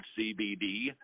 CBD